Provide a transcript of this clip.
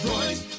Royce